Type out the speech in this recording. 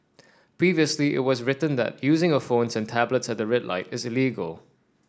previously it was written that using of phones and tablets at the red light is illegal